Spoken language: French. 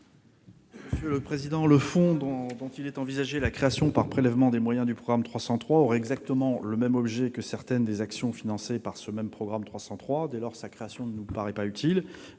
Gouvernement ? Le fonds, dont la création est envisagée par prélèvement des moyens du programme 303, aurait exactement le même objet que certaines des actions financées par ce même programme 303 ... Dès lors, cette création ne nous paraît pas utile.